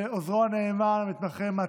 לעוזרו הנאמן מתן,